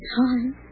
time